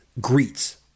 greets